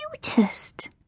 cutest